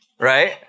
right